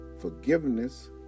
Forgiveness